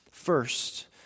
First